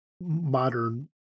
modern